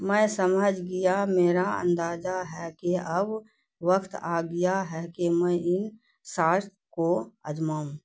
میں سمجھ گیا میرا اندازہ ہے کہ اب وقت آ گیا ہے کہ میں ان ساشت کو آزماؤں